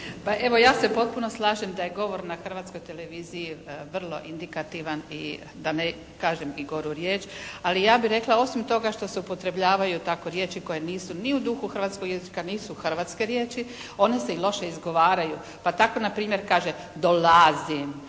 evo ja se potpuno slažem da je govor na Hrvatskoj televiziji vrlo indikativan i da ne kažem i goru riječ, ali ja bih rekla osim toga što se upotrebljavaju tako riječi koje nisu ni u duhu hrvatskog jezika nisu hrvatske riječi, one se i loše izgovaraju. Pa tako npr. kaže dolazim,